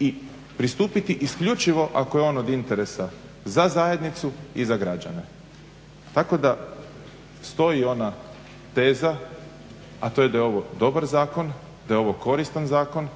i pristupiti isključivo ako je on od interesa za zajednicu i za građane. Tako da stoji ona teza, a to je da je ovo dobar zakon, da je ovo koristan zakon